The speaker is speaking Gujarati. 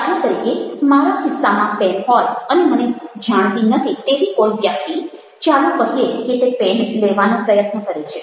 દાખલા તરીકે મારા ખિસ્સામાં પેન હોય અને મને જાણતી નથી તેવી કોઈ વ્યક્તિ ચાલો કહીએ કે તે પેન લેવાનો પ્રયત્ન કરે છે